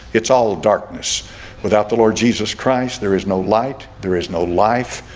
it's all darkness without the lord jesus christ there is no light there is no life.